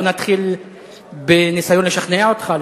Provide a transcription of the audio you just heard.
בוא נתחיל בניסיון לשכנע אותך,